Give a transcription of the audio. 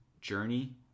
Journey